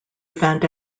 event